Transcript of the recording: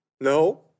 No